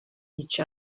each